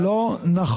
זה לא נכון.